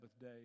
day